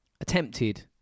attempted